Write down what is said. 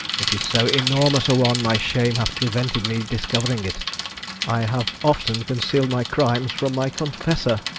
it is so enormous a one my shame hath prevented me discovering it i have often concealed my crimes from my confessor.